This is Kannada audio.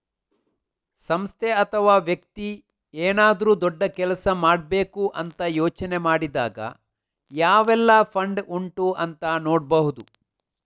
ಸಂಸ್ಥೆ ಅಥವಾ ವ್ಯಕ್ತಿ ಏನಾದ್ರೂ ದೊಡ್ಡ ಕೆಲಸ ಮಾಡ್ಬೇಕು ಅಂತ ಯೋಚನೆ ಮಾಡಿದಾಗ ಯಾವೆಲ್ಲ ಫಂಡ್ ಉಂಟು ಅಂತ ನೋಡ್ಬಹುದು